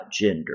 gender